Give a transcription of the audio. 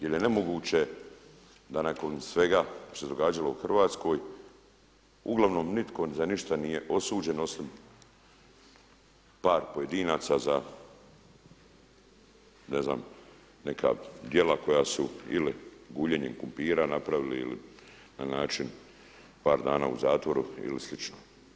Jer je nemoguće da nakon svega što se događalo u Hrvatskoj uglavnom nitko za ništa nije osuđen, osim par pojedinaca za ne znam, neka djela koja su ili guljenjem krumpira napravili ili na način par dana u zatvoru ili sl.